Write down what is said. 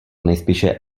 nejspíše